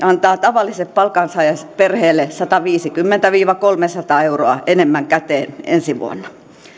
antaa tavalliselle palkansaajaperheelle sataviisikymmentä viiva kolmesataa euroa enemmän käteen ensi vuonna